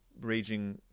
raging